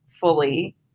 fully